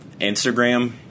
Instagram